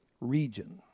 region